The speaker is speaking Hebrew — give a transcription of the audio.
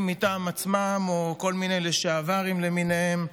מטעם עצמם או כל מיני לשעברים למיניהם,